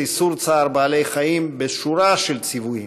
איסור צער בעלי-חיים בשורה של ציוויים,